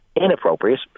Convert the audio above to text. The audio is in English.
inappropriate